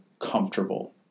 comfortable